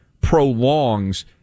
prolongs